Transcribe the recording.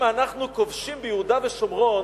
אם אנחנו כובשים ביהודה ושומרון,